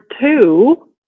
two